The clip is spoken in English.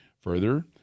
Further